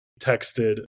texted